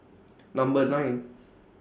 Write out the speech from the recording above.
Number nine